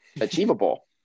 achievable